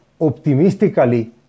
optimistically